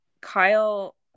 Kyle